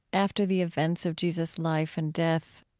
after the events of jesus' life and death,